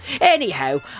Anyhow